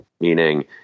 Meaning